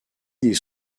des